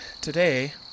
today